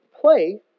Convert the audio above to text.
play